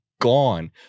gone